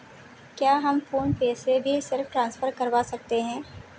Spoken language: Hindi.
क्या हम फोन पे से भी सेल्फ ट्रांसफर करवा सकते हैं?